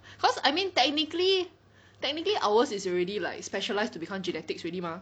cause I mean technically technically ours is already like specialised to become genetics already mah